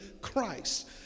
Christ